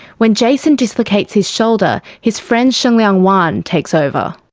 when jason dislocates his shoulder, his friend shengliang wan takes over.